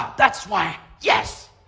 that's why. yes.